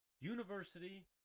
university